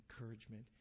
encouragement